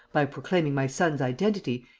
by proclaiming my son's identity,